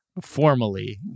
formally